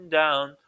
down